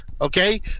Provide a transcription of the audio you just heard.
Okay